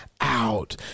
out